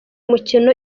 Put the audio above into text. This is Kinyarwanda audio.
mukino